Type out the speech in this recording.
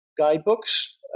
guidebooks